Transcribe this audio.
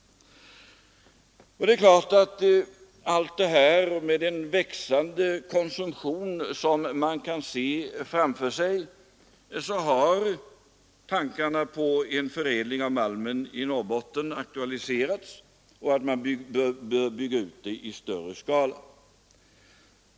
Det är klart att allt det här och den växande konsumtion som man kan se framför sig har aktualiserat tankarna på en förädling av malmen i Norrbotten och en utbyggnad i större skala.